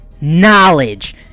knowledge